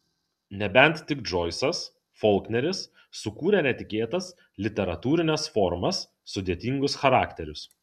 nebent tik džoisas folkneris sukūrę netikėtas literatūrines formas sudėtingus charakterius